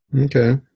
okay